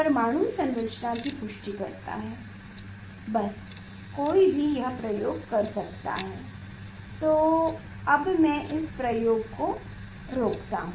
परमाणु संरचना की पुष्टि करता है बस कोई भी यह प्रयोग कर सकता है तो अब मैं इस प्रयोग को रोकता हूँ